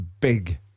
Big